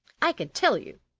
i can tell you